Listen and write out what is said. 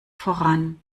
voran